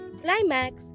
climax